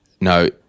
No